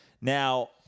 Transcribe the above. Now